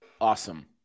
Awesome